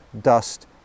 dust